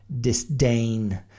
disdain